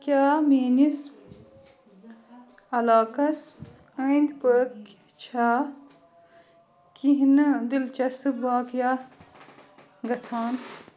کیٛاہ میٛٲنِس علاقس أنٛدۍ پٔکھۍ چھا کیٚنٛہہ نا دِلچسپ واقعیات گژھان